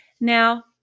Now